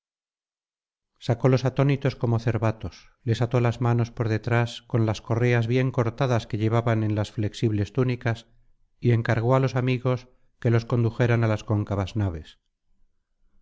menetíada sacólos atónitos como cervatos les ató las manos por detrás con las correas bien cortadas que llevaban en las flexibles túnicas y encargó á los amigos que los condujeran á las cóncavas naves